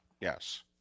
yes